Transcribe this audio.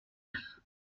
port